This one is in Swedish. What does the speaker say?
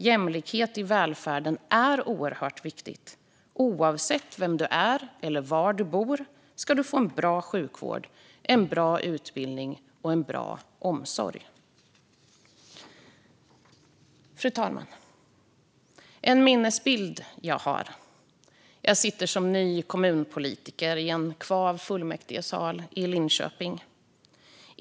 Jämlikhet i välfärden är oerhört viktigt. Oavsett vem du är eller var du bor ska du få en bra sjukvård, en bra utbildning och en bra omsorg. Fru talman! Jag har en minnesbild: Jag sitter som ny kommunpolitiker i en kvav fullmäktigesal i Linköping.